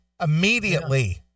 immediately